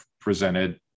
presented